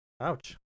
Ouch